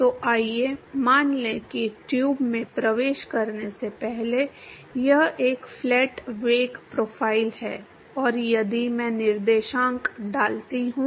तो आइए मान लें कि ट्यूब में प्रवेश करने से पहले यह एक फ्लैट वेग प्रोफ़ाइल है और यदि मैं निर्देशांक डालता हूं